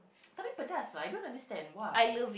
tapi pedas lah I don't understand why